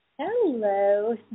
Hello